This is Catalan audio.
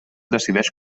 decideix